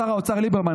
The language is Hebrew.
שר האוצר ליברמן,